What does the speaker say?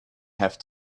have